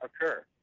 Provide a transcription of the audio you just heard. occur